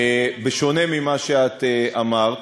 בשונה ממה שאת אמרת,